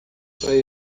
para